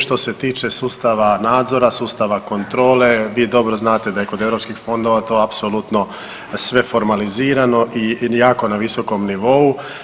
Što se tiče sustava nadzora, sustava kontrole vi dobro znate da je kod europskih fondova to apsolutno sve formalizirano i jako na visokom nivou.